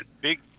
big